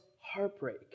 heartbreak